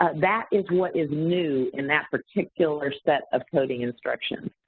ah that is what is new in that particular set of coding instructions.